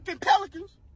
pelicans